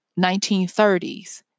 1930s